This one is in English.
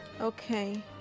Okay